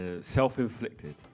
self-inflicted